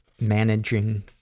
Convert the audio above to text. managing